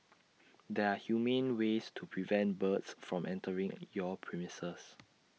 there are humane ways to prevent birds from entering your premises